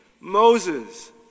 Moses